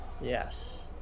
Yes